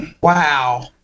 wow